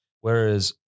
Whereas